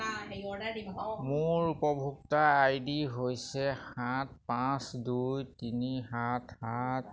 মোৰ উপভোক্তা I D হৈছে সাত পাঁচ দুই তিনি সাত সাত